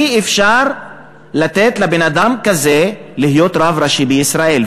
אי-אפשר לתת לבן-אדם כזה להיות רב ראשי בישראל,